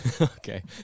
Okay